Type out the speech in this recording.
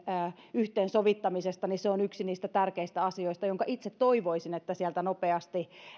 yhteensovittamisesta niin se on yksi niistä tärkeistä asioista jonka itse toivoisin saatavan sieltä nopeasti